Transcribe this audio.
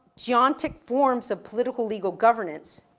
geontic forms of political legal governance